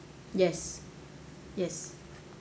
yes yes